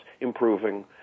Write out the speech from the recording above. improving